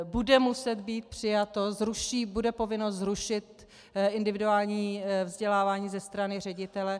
Bude muset být přijato, bude povinnost zrušit individuální vzdělávání ze strany ředitele.